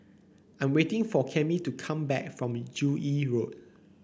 I'm waiting for Cammie to come back from Joo Yee Road